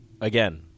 Again